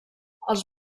els